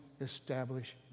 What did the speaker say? establish